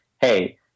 Hey